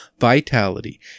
vitality